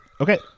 Okay